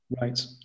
Right